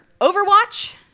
Overwatch